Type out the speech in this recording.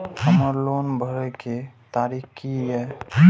हमर लोन भरय के तारीख की ये?